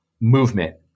movement